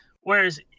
Whereas